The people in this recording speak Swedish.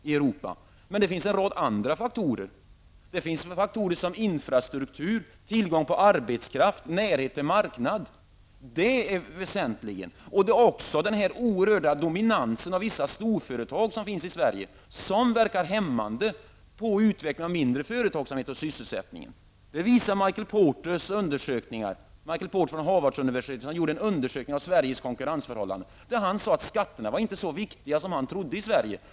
Vi har en rad andra väsentliga faktorer, såsom infrastruktur, tillgång på arbetskraft, närhet till marknader. Vi har också den oerhörda dominansen av storföretag som finns i Sverige och som verkar hämmande på utvecklingen av mindre företag och på sysselsättningen. Det visar den undersökning av Sveriges konkurrensförhållanden som gjorts av Michael Porter från Harvarduniversitetet. Han säger att skatterna inte är så viktiga i Sverige som han trodde.